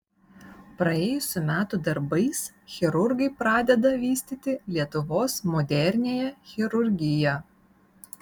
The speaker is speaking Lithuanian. praėjusių metų darbais chirurgai pradeda vystyti lietuvos moderniąją chirurgiją